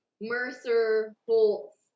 Mercer-Holtz